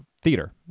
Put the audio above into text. theater